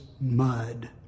mud